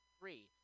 Three